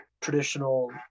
traditional